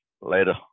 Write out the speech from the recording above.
Later